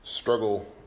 struggle